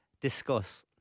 Discuss